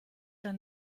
der